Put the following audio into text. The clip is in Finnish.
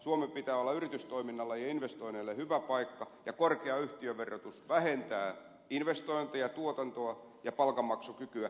suomen pitää olla yritystoiminnalle ja investoinneille hyvä paikka ja korkea yhtiöverotus vähentää investointeja tuotantoa ja palkanmaksukykyä